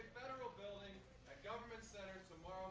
federal building at government center tomorrow